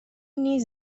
نیز